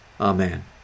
Amen